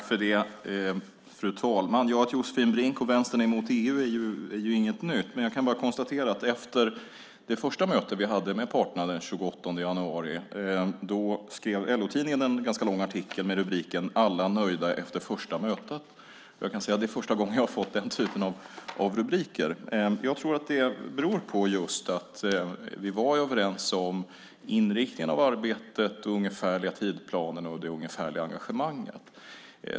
Fru talman! Att Josefin Brink och Vänstern är emot EU är inget nytt. Jag kan bara konstatera att efter det första mötet vi hade med parterna den 28 januari skrev LO-tidningen en ganska lång artikel med rubriken "Alla nöjda efter första mötet". Jag kan säga att det är första gången jag fått den typen av rubrik. Jag tror att det beror på att vi var överens om inriktningen av arbetet, den ungefärliga tidsplanen och det ungefärliga engagemanget.